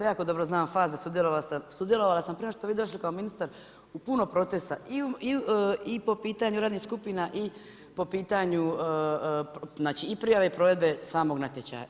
Jako dobro znam faze, sudjelovala sam, sudjelovala sam prije nego što ste vi došli kao ministar u puno procesa i po pitanju radnih skupina i po pitanju, znači i prijave provedbe samog natječaja.